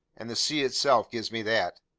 and the sea itself gives me that.